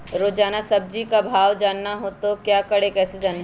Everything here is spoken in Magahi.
रोजाना सब्जी का भाव जानना हो तो क्या करें कैसे जाने?